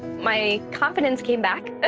my confidence came back. ah